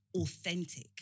authentic